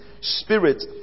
spirit